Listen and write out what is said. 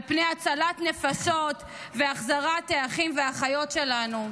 על פני הצלת נפשות והחזרת האחים והאחיות שלנו.